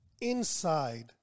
inside